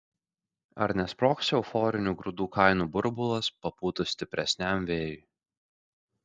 ar nesprogs euforinių grūdų kainų burbulas papūtus stipresniam vėjui